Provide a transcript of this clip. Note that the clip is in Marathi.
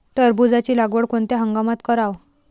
टरबूजाची लागवड कोनत्या हंगामात कराव?